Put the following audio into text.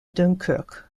dunkerque